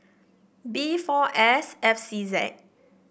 B four S F C Z